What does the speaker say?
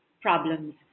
problems